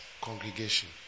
congregation